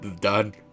done